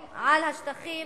מה זה השטחים